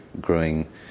growing